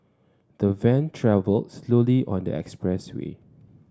the van travelled slowly on the expressway